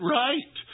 right